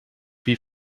wie